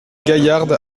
gaillarde